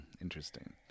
interesting